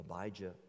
Abijah